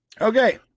Okay